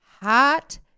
hot